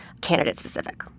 candidate-specific